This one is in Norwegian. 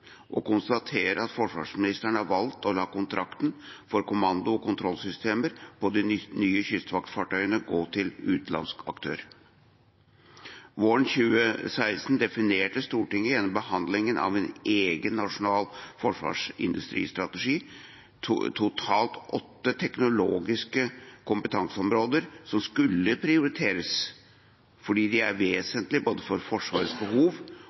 kommando- og kontrollsystemer på de nye kystvaktfartøyene gå til en utenlandsk aktør. Våren 2016 definerte Stortinget gjennom behandlingen av en egen nasjonal forsvarsindustristrategi totalt åtte teknologiske kompetanseområder som skulle prioriteres fordi de er vesentlige både for